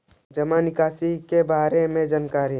जामा निकासी के बारे में जानकारी?